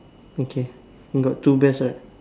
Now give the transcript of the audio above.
okay got two bears right